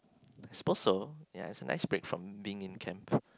suppose so ya it's a nice break from being in camp